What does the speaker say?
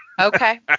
Okay